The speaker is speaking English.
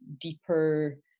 deeper